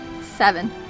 seven